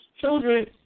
children